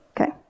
Okay